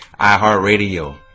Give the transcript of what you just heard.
iHeartRadio